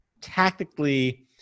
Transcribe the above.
tactically